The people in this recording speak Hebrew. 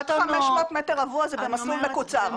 עד 500 מטרים רבועים זה במסלול מקוצר.